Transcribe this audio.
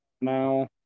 now